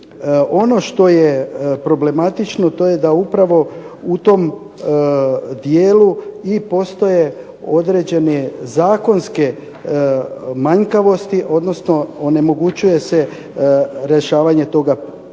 ono što je problematično je upravo da u tom dijelu postoje i određene zakonske manjkavosti odnosno onemogućuje se rješavanje toga pitanja